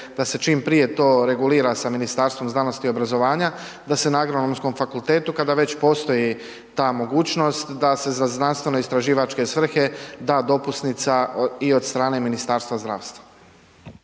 da se čim prije to regulira sa Ministarstvom znanosti i obrazovanja, da se na Agronomskom fakultetu kada već postoji ta mogućnost da se za znanstveno istraživačke svrhe da dopusnica i od strane Ministarstva zdravstva.